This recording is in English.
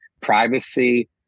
privacy